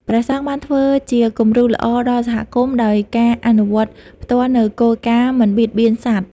ព្រះសង្ឃបានធ្វើជាគំរូល្អដល់សហគមន៍ដោយការអនុវត្តផ្ទាល់នូវគោលការណ៍មិនបៀតបៀនសត្វ។